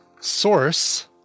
source